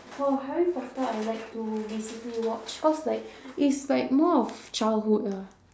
for harry-potter I like to basically watch cause like is like more of childhood lah